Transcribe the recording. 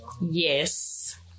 Yes